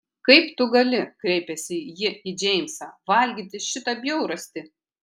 kaip tu gali kreipėsi ji į džeimsą valgyti šitą bjaurastį